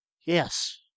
Yes